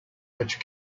which